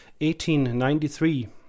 1893